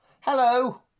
Hello